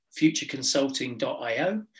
futureconsulting.io